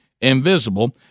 invisible